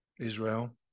Israel